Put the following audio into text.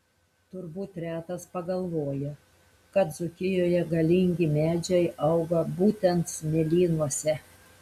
turbūt retas pagalvoja kad dzūkijoje galingi medžiai auga būtent smėlynuose